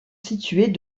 situés